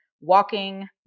walking